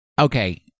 okay